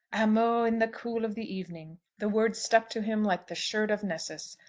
amo in the cool of the evening! the words stuck to him like the shirt of nessus,